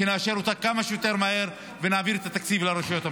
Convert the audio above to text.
שנאשר אותה כמה שיותר מהר ונעביר את התקציב לרשויות המקומיות.